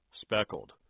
speckled